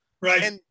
Right